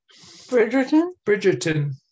Bridgerton